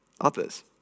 others